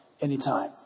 anytime